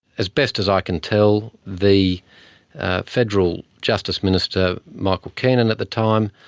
as best as i can tell, the federal justice minister, michael keenan at the time,